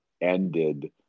ended